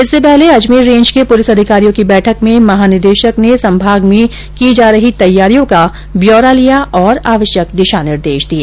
इससे पहले अजमेर रेंज के पुलिस अधिकारियों की बैठक में महा निदेशक ने संभाग में जा रही तैयारियों का ब्यौरा लिया तथा आवश्यक दिशा निर्देश दिए